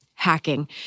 Hacking